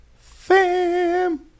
Fam